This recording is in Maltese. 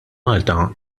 malta